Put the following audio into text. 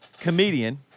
comedian